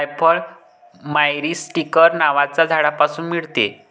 जायफळ मायरीस्टीकर नावाच्या झाडापासून मिळते